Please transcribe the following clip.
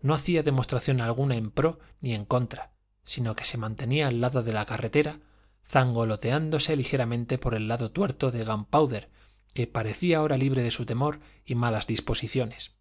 no hacía demostración alguna en pro ni en contra sino que se mantenía a lado de la carretera zangoloteándose ligeramente por el lado tuerto de gunpowder que parecía ahora libre de su terror y malas disposiciones